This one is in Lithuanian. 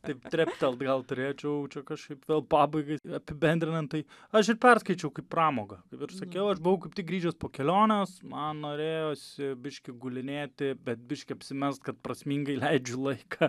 taip treptelt gal turėčiau čia kažkaip vėl pabaigai apibendrinant tai aš ir perskaičiau kaip pramogą ir sakiau aš buvau kaip tik grįžęs po kelionės man norėjosi biškį gulinėti bet biškį apsimest kad prasmingai leidžiu laiką